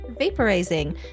vaporizing